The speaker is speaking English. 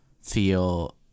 feel